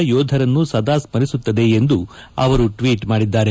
ದೇಶ ಯೋಧರನ್ನು ಸದಾ ಸ್ಪರಿಸುತ್ತದೆ ಎಂದು ಅವರು ಟ್ನೀಟ್ ಮಾಡಿದ್ಲಾರೆ